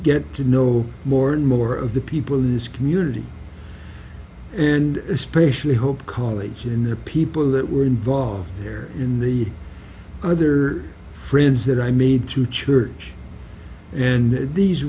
get to know more and more of the people in this community and especially hope colleagues and the people that were involved here in the other friends that i made to church and these